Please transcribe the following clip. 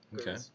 Okay